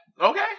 okay